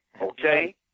Okay